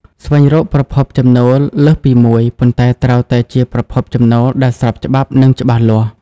ស្វែងរកប្រភពចំណូលលើសពីមួយ ប៉ុន្តែត្រូវតែជាប្រភពចំណូលដែលស្របច្បាប់ និងច្បាស់លាស់។